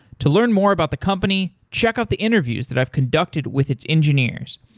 to learn more about the company, check out the interviews that i've conducted with its engineers.